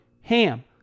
HAM